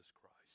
Christ